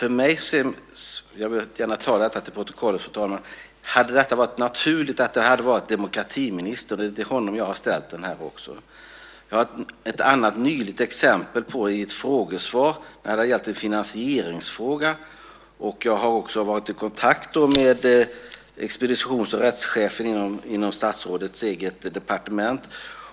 Jag vill gärna få fört till protokollet att det hade varit naturligt att ställa frågan till demokratiministern. Det är till honom jag har ställt min interpellation. Jag har ett annat nyligt exempel på detta i ett frågesvar. Jag hade ställt en finansieringsfråga. Jag hade varit i kontakt med expeditions och rättschefen inom statsrådets eget departement.